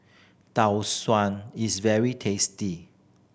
Tau Suan is very tasty